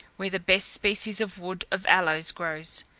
where the best species of wood of aloes grows,